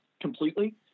completely